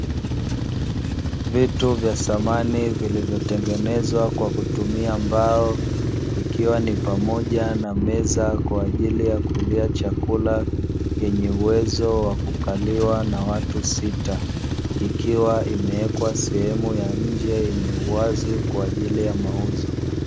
Vitu vya samani vilivyotengenezwa kwa kutumia mbao, ikiwa ni pamoja na meza kwa ajili ya kulia chakula, yenye uwezo wa kukaliwa na watu sita, ikiwa imewekwa sehemu ya nje yenye uwazi kwa ajili ya mauzo.